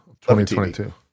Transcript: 2022